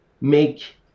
make